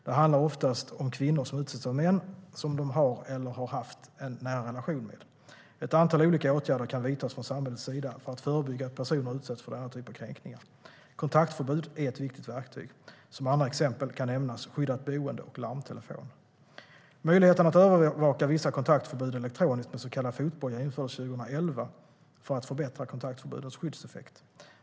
Det handlar oftast om kvinnor som utsätts av män som de har eller har haft en nära relation med. Ett antal olika åtgärder kan vidtas från samhällets sida för att förebygga att personer utsätts för denna typ av kränkningar. Kontaktförbud är ett viktigt verktyg. Som andra exempel kan nämnas skyddat boende och larmtelefon. Möjligheten att övervaka vissa kontaktförbud elektroniskt med så kallad fotboja infördes 2011 för att förbättra kontaktförbudens skyddseffekt.